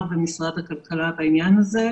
האוצר ומשרד הכלכלה בעניין הזה.